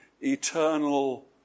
eternal